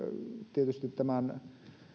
tietysti tämän